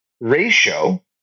ratio